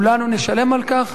כולנו נשלם על כך.